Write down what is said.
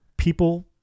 People